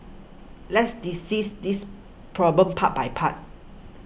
let's decease this problem part by part